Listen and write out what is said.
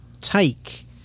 take